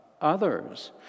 others